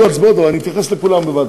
יהיו הצבעות, אבל אני אתייחס לכולם בבת-אחת.